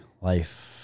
life